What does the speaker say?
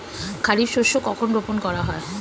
খারিফ শস্য কখন রোপন করা হয়?